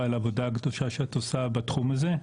לעבודה הקדושה שאת עושה בתחום הזה.